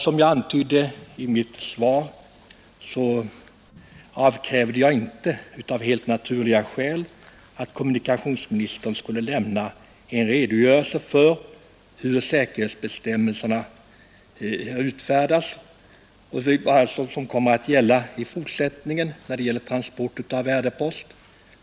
Som jag antydde i mitt svar krävde jag inte — av helt naturliga skäl — att kommunikationsministern skulle lämna en redogörelse för hur de säkerhetsbestämmelser som kommer att gälla i fortsättningen beträffande transport av värdepost kommer att se ut.